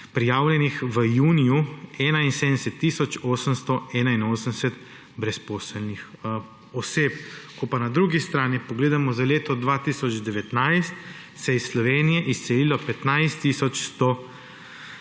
prijavljenih v juniju, 71 tisoč 881 brezposelnih oseb. Ko pa na drugi strani pogledamo za leto 2019, se je iz Slovenije izselilo 15